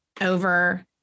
over